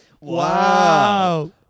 Wow